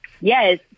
Yes